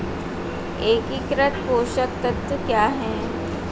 एकीकृत पोषक तत्व क्या है?